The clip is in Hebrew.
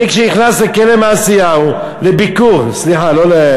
אני, כשאני נכנס לכלא "מעשיהו" לביקור, כמה